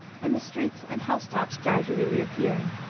and the streets and house-tops gradually reappearing.